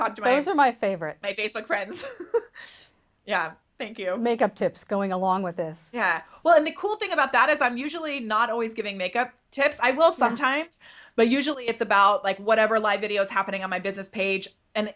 talk to babies are my favorite facebook friends yeah i think you make up tips going along with this well in the cool thing about that is i'm usually not always giving make up tips i will sometimes but usually it's about like whatever live video is happening on my business page and